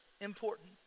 important